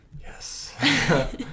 yes